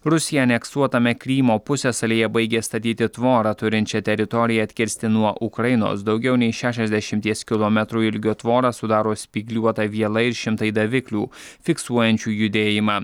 rusija aneksuotame krymo pusiasalyje baigė statyti tvorą turinčią teritoriją atkirsti nuo ukrainos daugiau nei šešiasdešimties kilometrų ilgio tvorą sudaro spygliuota viela ir šimtai daviklių fiksuojančių judėjimą